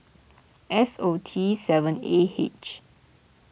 S O T seven A H